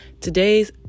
Today's